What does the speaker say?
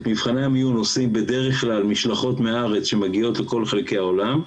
את מבחני המיון עושים בדרך כלל משלחות מהארץ שמגיעות לכל חלקי העולם.